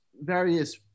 various